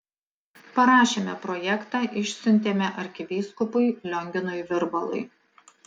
parašėme projektą išsiuntėme arkivyskupui lionginui virbalui